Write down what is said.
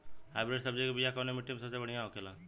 Hybrid सब्जी के बिया कवने मिट्टी में सबसे बढ़ियां होखे ला?